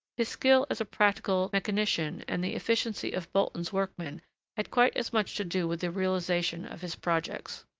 his skill as a practical mechanician, and the efficiency of bolton's workmen had quite as much to do with the realisation of his projects.